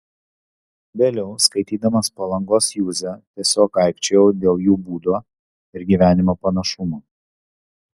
vėliau skaitydamas palangos juzę tiesiog aikčiojau dėl jų būdo ir gyvenimo panašumo